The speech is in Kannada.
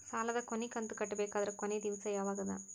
ಸಾಲದ ಕೊನಿ ಕಂತು ಕಟ್ಟಬೇಕಾದರ ಕೊನಿ ದಿವಸ ಯಾವಗದ?